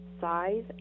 size